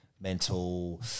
mental